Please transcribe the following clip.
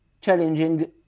challenging